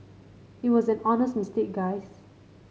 it was an honest mistake guys